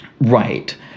right